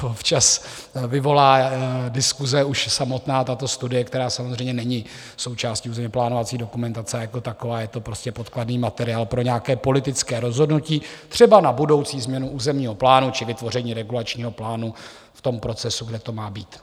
Ona občas vyvolá diskusi už samotná tato studie, která samozřejmě není součástí územněplánovací dokumentace, a jako taková je prostě podkladový materiál pro nějaké politické rozhodnutí, třeba na budoucí změnu územního plánu či vytvoření regulačního plánu v procesu, kde to má být.